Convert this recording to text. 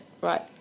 right